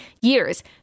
years